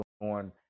on